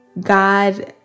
God